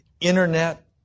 internet